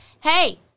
Hey